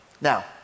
Now